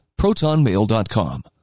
protonmail.com